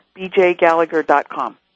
bjgallagher.com